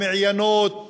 במעיינות מסביבנו,